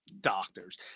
doctors